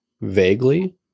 Vaguely